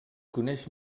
coneix